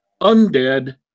undead